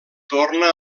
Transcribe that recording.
torna